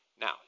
Now